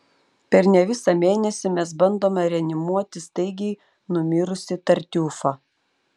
per ne visą mėnesį mes bandome reanimuoti staigiai numirusį tartiufą